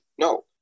No